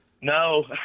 No